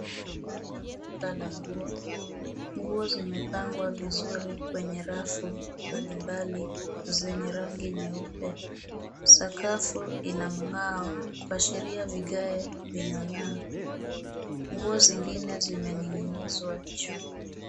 Hili ni duka la nguo, nguo zimepangwa vizuri kwenye rafu mbalimbali zenye rangi nyeupe. Sakafu ina mngao kuashiria vigae vinangaa, nguo zingine zimening'inizwa juu.